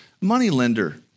moneylender